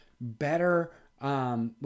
better